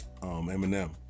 Eminem